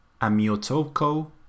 Amiotoko